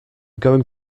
going